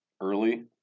early